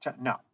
No